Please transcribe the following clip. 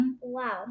Wow